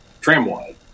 tramway